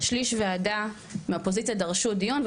שליש ועדה מהאופוזיציה דרשו דיון,